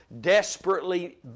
desperately